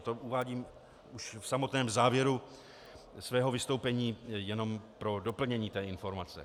To uvádím už v samotném závěru svého vystoupení jen pro doplnění informace.